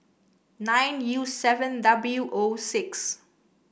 nine U seven W O